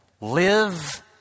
Live